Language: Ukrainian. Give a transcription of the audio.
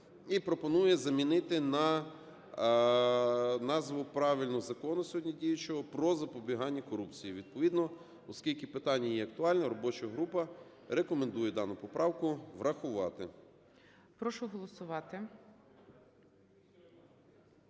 і пропонує замінити на назву правильну, закону, сьогодні діючого, "Про запобігання корупції". Відповідно, оскільки питання є актуальним, робоча група рекомендує дану поправку врахувати.